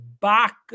back